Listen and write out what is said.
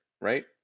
Right